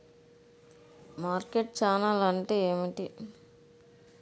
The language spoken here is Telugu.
మార్కెట్ ఛానల్ అంటే ఏమిటి?